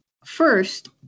First